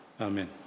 Amen